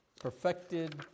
Perfected